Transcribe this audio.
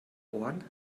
ohren